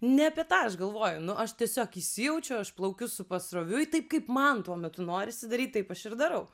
ne apie tą aš galvoju nu aš tiesiog įsijaučiu aš plaukiu su pasroviui taip kaip man tuo metu norisi daryt taip aš ir darau